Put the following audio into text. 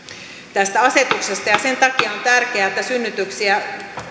tästä asetuksesta ja sen takia on tärkeää että synnytyksiä